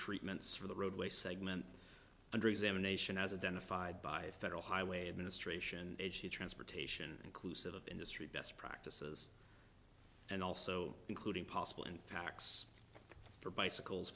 treatments for the roadway segment under examination as a den of fide by federal highway administration transportation inclusive of industry best practices and also including possible impacts for bicycles